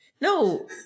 No